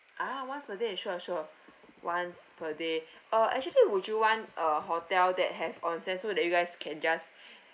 ah once per day sure sure once per day uh actually would you want a hotel that have onsen so that you guys can just